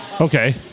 Okay